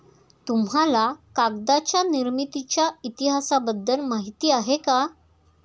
तुम्हाला कागदाच्या निर्मितीच्या इतिहासाबद्दल माहिती आहे का?